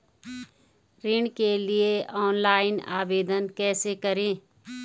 ऋण के लिए ऑनलाइन आवेदन कैसे करें?